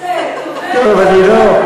אבל אני לא,